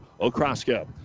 Okraska